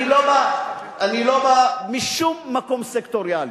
באותה מפלגה.